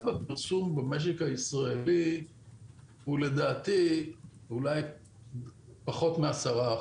הפרסום במשק הישראלי הוא לדעתי אולי פחות מ-10%,